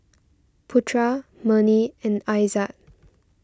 Putra Murni and Aizat